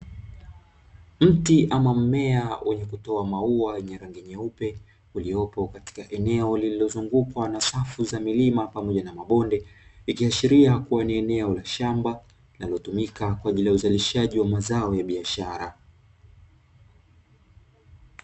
Mti ama mmea wenye kutoa maua yenye rangi nyeupe, uliopo katika eneo lililozungukwa na safu za milima pamoja na mabonde, ikiashiria kuwa ni eneo la shamba linalotumika kwa ajili ya uzalishaji wa mazao ya biashara.